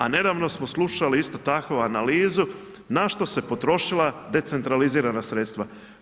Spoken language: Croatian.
A nedavno smo slušali isto tako analizu na što su se potrošila decentralizirana sredstva?